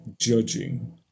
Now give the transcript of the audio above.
judging